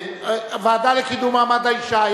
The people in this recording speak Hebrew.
הוועדה לקידום מעמד האשה.